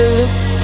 look